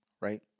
right